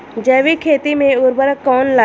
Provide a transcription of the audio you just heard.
जैविक खेती मे उर्वरक कौन लागी?